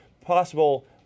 possible